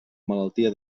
malaltia